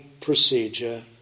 procedure